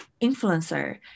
influencer